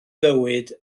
fywyd